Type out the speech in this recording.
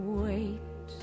wait